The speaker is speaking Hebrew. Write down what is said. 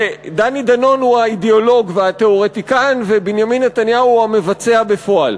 דני דנון הוא האידיאולוג והתיאורטיקן ובנימין נתניהו הוא המבצע בפועל,